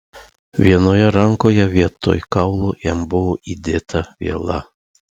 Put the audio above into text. vienoje rankoje vietoj kaulo jam buvo įdėta viela